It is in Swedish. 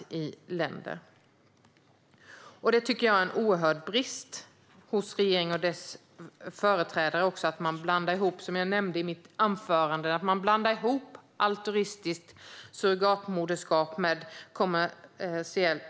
Som jag nämnde i mitt anförande tycker jag att det är en oerhörd brist hos regeringen och dess företrädare att man blandar ihop altruistiskt surrogatmoderskap med kommersiellt